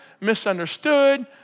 misunderstood